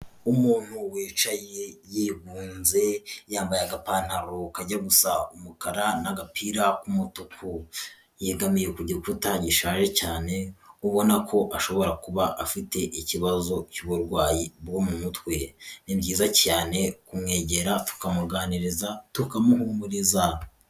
Umuntu wicaye yigunze yambaye agapantaro kajya gusa umukara n'agapira k'umutuku, yegamiye ku gikuta gishaje cyane ubona ko ashobora kuba afite ikibazo cy'uburwayi bwo mu mutwe. Ni byiza cyane kumwegera tukamuganiriza tukamuhumuriza.